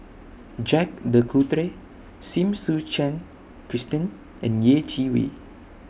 Jacques De Coutre Seen Suchen Christine and Yeh Chi Wei